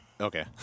Okay